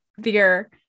beer